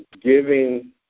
giving